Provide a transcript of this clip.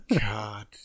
God